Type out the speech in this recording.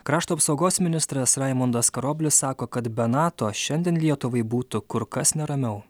krašto apsaugos ministras raimundas karoblis sako kad be nato šiandien lietuvai būtų kur kas neramiau